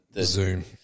Zoom